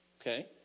Okay